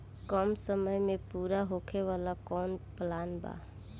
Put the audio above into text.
कम समय में पूरा होखे वाला कवन प्लान बा?